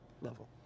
level